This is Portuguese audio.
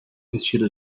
vestido